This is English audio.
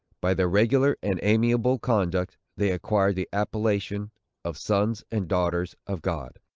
by their regular and amiable conduct, they acquired the appellation of sons and daughters of god.